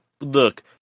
look